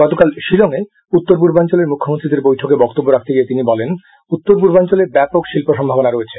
গতকাল শিলং এ উত্তর পূর্বাঞ্চলের মুখ্যমন্ত্রীদের বৈঠকে বক্তব্য রাখতে গিয়ে তিনি বলেন উত্তর পূর্বাঞ্চলে ব্যাপক শিল্প সম্ভাবনা রয়েছে